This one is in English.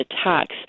attacks